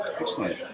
Excellent